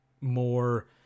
more